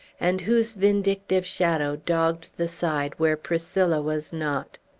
and whose vindictive shadow dogged the side where priscilla was not.